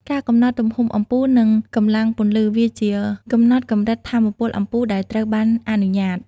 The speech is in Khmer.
ការកំណត់ទំហំអំពូល និងកម្លាំងពន្លឺ វាជាកំណត់កម្រិតថាមពលអំពូលដែលត្រូវបានអនុញ្ញាត។